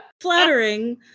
Flattering